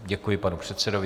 Děkuji panu předsedovi.